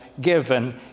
given